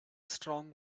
strong